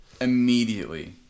Immediately